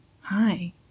hi